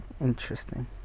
interesting